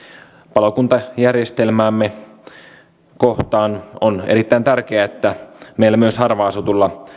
palokuntajärjestelmäämme kohtaan on erittäin tärkeää että meillä myös harvaan asutulla